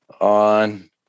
on